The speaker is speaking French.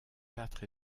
quatre